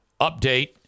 update